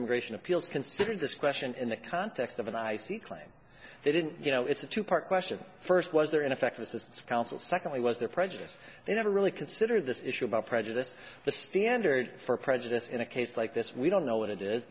immigration appeals considered this question in the context of an i c claim they didn't you know it's a two part question first was there ineffective assistance of counsel secondly was there prejudice they never really considered this issue about prejudice the standard for prejudice in a case like this we don't know what it is